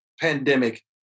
pandemic